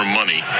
money